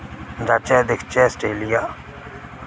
जाह्चै दिक्खचै आस्टेलिया